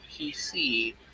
pc